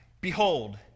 Behold